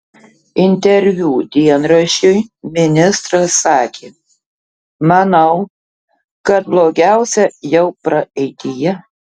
interviu dienraščiui ministras sakė manau kad blogiausia jau praeityje